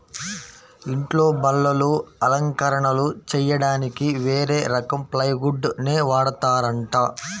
ఇంట్లో బల్లలు, అలంకరణలు చెయ్యడానికి వేరే రకం ప్లైవుడ్ నే వాడతారంట